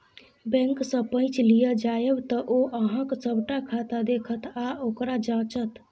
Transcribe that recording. बैंकसँ पैच लिअ जाएब तँ ओ अहॅँक सभटा खाता देखत आ ओकरा जांचत